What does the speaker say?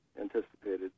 anticipated